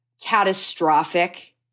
catastrophic